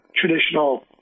traditional